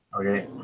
Okay